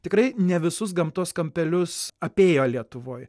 tikrai ne visus gamtos kampelius apėjo lietuvoj